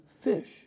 fish